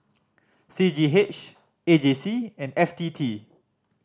C G H A J C and F T T